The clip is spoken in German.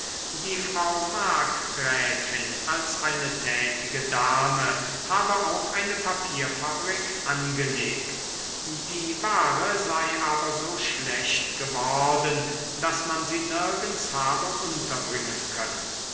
die frau markgräfin als eine tätige dame habe auch eine papierfabrik angelegt die ware sei aber so schlecht geworden daß man sie nirgends habe unterbringen können